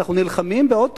אנחנו נלחמים בעוד תופעות,